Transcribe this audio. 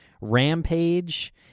Rampage